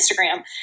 Instagram